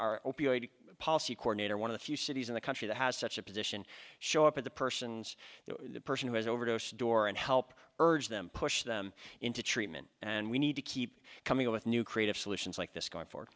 opioid policy coordinator one of the few cities in the country that has such a position show up at the person's the person who has overdosed door and help urge them push them into treatment and we need to keep coming up with new creative solutions like this going for